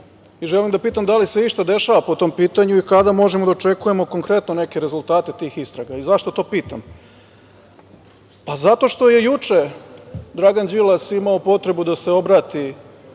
i želim da pitam – da li se išta dešava po tom pitanju i kada možemo da očekujemo konkretno neke rezultate tih istraga? Zašto to pitam? Zato što je juče Dragan Đilas imao potrebu da se obrati